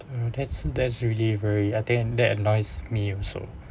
uh that's that's really very I think that annoys me also